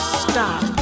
stop